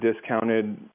discounted